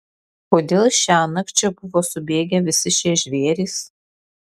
kodėl šiąnakt čia buvo subėgę visi tie žvėrys